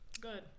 Good